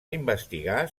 investigar